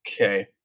Okay